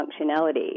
functionality